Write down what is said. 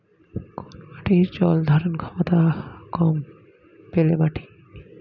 কোন মাটির জল ধারণ ক্ষমতা কম?